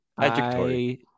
adjectory